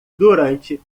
durante